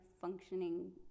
functioning